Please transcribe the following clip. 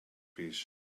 piece